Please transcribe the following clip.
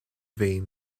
vein